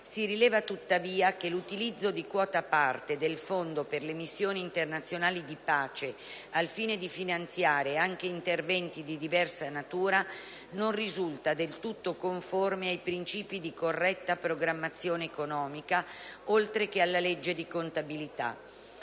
si rileva, tuttavia, che l'utilizzo di quota parte del fondo per le missioni internazionali di pace al fine di finanziare anche interventi di diversa natura non risulta del tutto conforme ai principi di corretta programmazione economica, oltre che alla legge di contabilità.